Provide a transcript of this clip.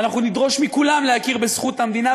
ואנחנו נדרוש מכולם להכיר בזכות המדינה,